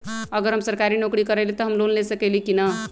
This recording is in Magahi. अगर हम सरकारी नौकरी करईले त हम लोन ले सकेली की न?